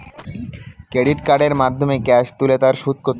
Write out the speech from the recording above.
Credit কার্ডের মাধ্যমে cash তুলে তার সুদ কত?